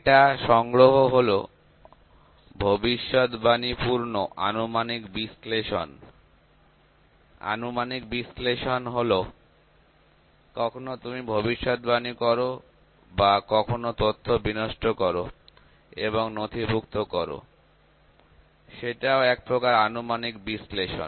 data সংগ্রহ হলো ভবিষ্যৎবাণী পূর্ণ আনুমানিক বিশ্লেষণ আনুমানিক বিশ্লেষণ হল কখনো তুমি ভবিষ্যৎবাণী করো বা বা কখনো তথ্য বিনষ্ট করো এবং নথিভূক্ত করো সেটাও এক প্রকার আনুমানিক বিশ্লেষণ